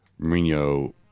Mourinho